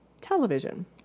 television